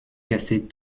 cassait